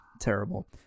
terrible